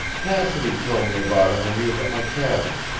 cassidy told me about him when he was at my cabin.